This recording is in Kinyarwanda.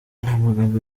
magambo